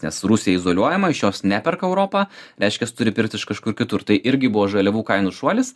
nes rusija izoliuojama iš jos neperka europa reiškias turi pirkt iš kažkur kitur tai irgi buvo žaliavų kainų šuolis